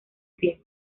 pie